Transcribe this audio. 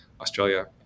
Australia